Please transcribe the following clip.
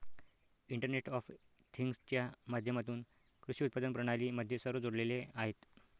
internet of थिंग्जच्या माध्यमातून कृषी उत्पादन प्रणाली मध्ये सर्व जोडलेले आहेत